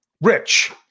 Rich